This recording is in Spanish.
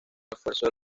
refuerzo